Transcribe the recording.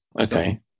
Okay